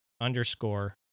underscore